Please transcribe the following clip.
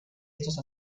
estos